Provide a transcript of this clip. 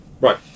right